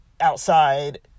outside